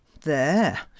There